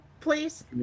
please